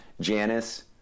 Janice